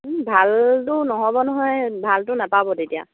ভালটো নহ'ব নহয় ভালটো নাপাব তেতিয়া